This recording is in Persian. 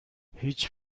هیچ